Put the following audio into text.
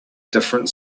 different